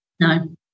No